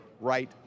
right